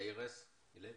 שרה גזית, בבקשה.